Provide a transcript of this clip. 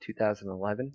2011